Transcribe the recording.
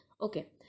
Okay